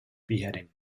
beheading